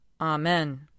Amen